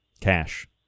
cash